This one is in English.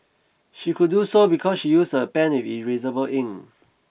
she could do so because she used a pen with erasable ink